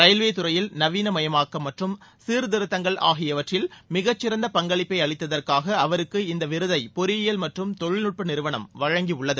railway துறையில் நவீனமயமாக்கம் மற்றும் சீர்திருத்தங்கள் ஆகியவற்றில் மிகச் சிறந்த பங்களிப்பை அளித்ததற்காக அவருக்கு இந்த விருதை பொறியியல் மற்றும் தொழில்நுட்ப நிறுவனம் வழங்கியுள்ளது